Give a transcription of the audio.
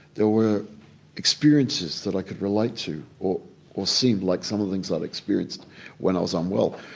there were experiences that i could relate to or or seem like some of the things i'd experienced when i was unwell.